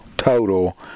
Total